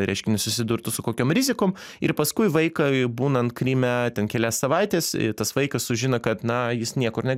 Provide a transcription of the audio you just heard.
reiškia nesusidurtų su kokiom rizikom ir paskui vaikai būnan kryme ten kelias savaites tas vaikas sužino kad na jis niekur ne